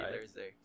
Thursday